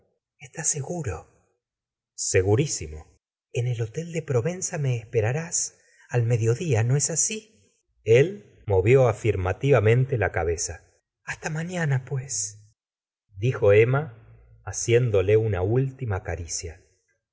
estás seguro segurisimo en el hotel de provenza me esperarás al me diodía no es asi el movió afirmativamente la cabeza hasta mañana pues dijo emma haciéndole una última caricia